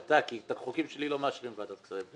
אתה תגיש כי את החוקים שלי לא מאשרים בוועדת שרים.